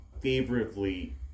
favorably